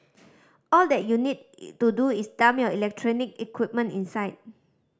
all that you need to do is dump your electronic equipment inside